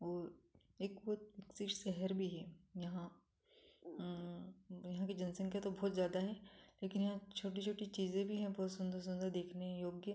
वह एक बहुत शहर भी है यहाँ यहाँ की जनसंख्या तो बहुत ज़्यादा है लेकिन यहाँ छोटी छोटी चीज़ें भी है बहुत सुंदर सुंदर देखने योग्य